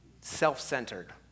self-centered